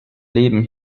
leben